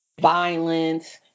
violence